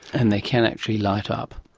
and they can actually light up?